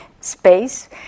space